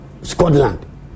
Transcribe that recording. Scotland